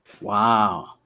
Wow